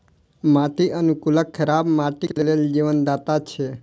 माटि अनुकूलक खराब माटिक लेल जीवनदाता छै